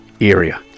area